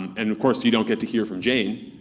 and of course, you don't get to hear from jane